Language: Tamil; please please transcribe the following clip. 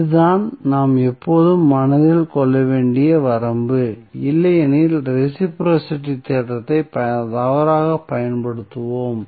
இதுதான் நாம் எப்போதும் மனதில் கொள்ள வேண்டிய வரம்பு இல்லையெனில் ரெஸிபிரோஸிட்டி தேற்றத்தை தவறாகப் பயன்படுத்துவோம்